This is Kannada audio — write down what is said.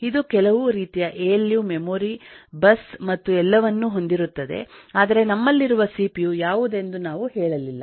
ಇದು ಕೆಲವು ರೀತಿಯ ಎಎಲ್ಯು ಮೆಮೊರಿ ಬಸ್ ಮತ್ತು ಎಲ್ಲವನ್ನೂ ಹೊಂದಿರುತ್ತದೆ ಆದರೆ ನಮ್ಮಲ್ಲಿರುವ ಸಿಪಿಯು ಯಾವುದೆಂದು ನಾವು ಹೇಳಲಿಲ್ಲ